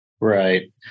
Right